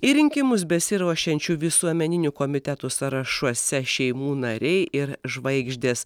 į rinkimus besiruošiančių visuomeninių komitetų sąrašuose šeimų nariai ir žvaigždės